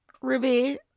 Ruby